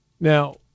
Now